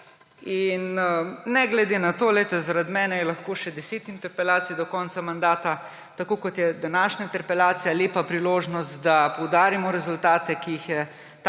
Ne glede na to, zaradi mene je lahko še 10 interpelacij do konca mandata, tako kot je današnja interpelacija lepa priložnost, da poudarimo rezultate, ki sta jih